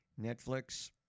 Netflix